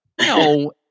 No